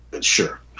Sure